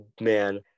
man